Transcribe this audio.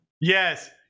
Yes